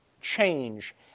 change